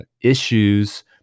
issues